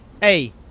Hey